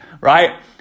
right